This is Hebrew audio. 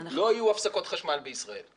לא יהיו הפסקות חשמל במדינת ישראל.